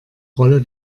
rolle